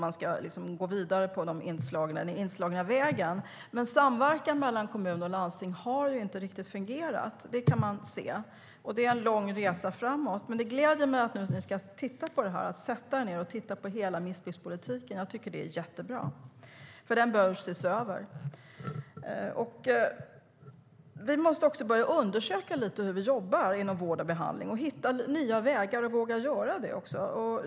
Man ska gå vidare på den inslagna vägen, men samverkan mellan kommun och landsting har inte riktigt fungerat, och det är en lång resa framåt. Men det gläder mig att ni nu ska sätta er ned och titta på hela missbrukspolitiken. Det är jättebra, för den behöver ses över. Vi måste också börja undersöka lite hur man jobbar inom vård och behandling och hitta nya vägar, och våga göra det också.